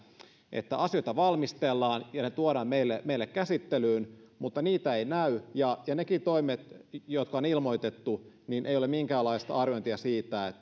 että asioita valmistellaan ja ne tuodaan meille meille käsittelyyn mutta niitä ei näy ja ja niistäkään toimista jotka on ilmoitettu ei ole minkäänlaista arviointia siitä